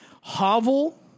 Hovel